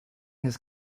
his